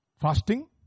Fasting